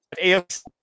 AFC